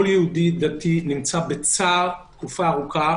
כל יהודי דתי נמצא בצער תקופה ארוכה,